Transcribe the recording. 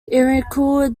lyrical